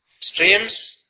Streams